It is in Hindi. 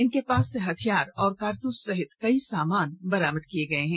इनके पास से हथियार और कारतुस सहित कई सामान बरामद किये गये हैं